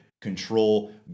control